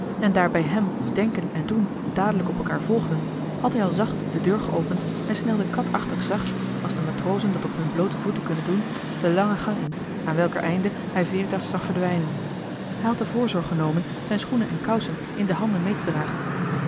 en daar bij hem denken en doen dadelijk op elkaar volgden had hij al zacht de deur geopend en snelde katachtig zacht als de matrozen dat op hun bloote voeten kunnen doen de lange gang in aan welker einde hij veritas zag verdwijnen hij had de voorzorg genomen zijn schoenen en kousen in de handen mee te dragen